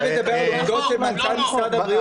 אני מדבר על עובדות של מנכ"ל משרד הבריאות,